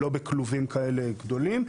ולא בכלובים כאלה גדולים.